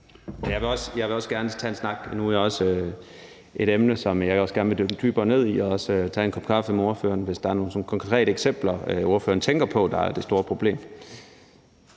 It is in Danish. Jeg vil også gerne tage en snak – nu er det også et emne, som jeg gerne vil dykke lidt dybere ned i – og tage en kop kaffe med ordføreren, hvis der er nogle sådan konkrete eksempler, ordføreren tænker på er det store problem.